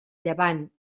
llevant